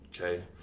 Okay